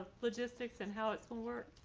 logistics and how it will work?